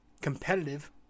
competitive